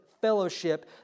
Fellowship